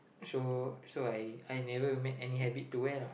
so so I I never met any habit to wear lah